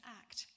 act